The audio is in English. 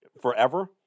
forever